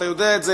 אתה יודע את זה,